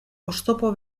oztopo